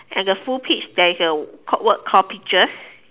and the full peach there is a called word called peaches